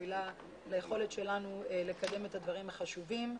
מובילה ליכולת שלנו לקדם את הדברים החשובים.